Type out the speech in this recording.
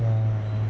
ya